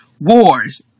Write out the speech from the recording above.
Wars